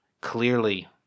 clearly